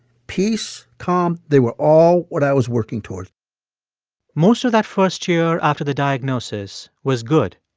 peace, calm they were all what i was working towards most of that first year after the diagnosis was good.